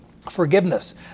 Forgiveness